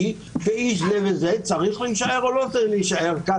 שאיש זה וזה צריך להישאר או לא צריך להישאר כאן,